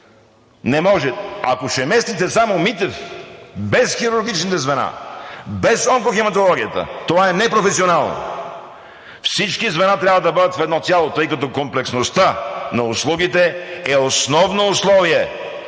не може. Ако ще местите само Митев без хирургичните звена, без онкохематологията, това е непрофесионално! Всички звена трябва да бъдат в едно цяло, тъй като комплексността на услугите е основно условие